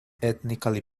ethnically